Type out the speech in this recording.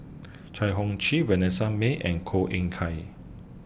Chai Hon Vanessa Mae and Koh Eng Kian